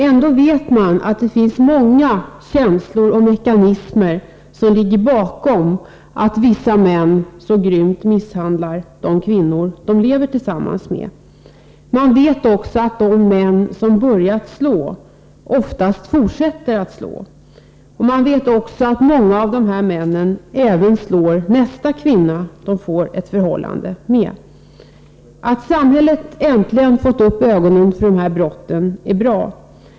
Ändå vet man att det finns många känslor och mekanismer, som ligger bakom att vissa män så grymt misshandlar de kvinnor som de lever tillsammans med. Man vet också att de män som börjar slå oftast fortsätter att slå. Man vet också att många av de här männen även slår nästa kvinna, som de får ett förhållande med. Att samhället äntligen fått upp ögonen för de här brotten är bra.